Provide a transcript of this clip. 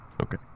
Okay